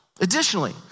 Additionally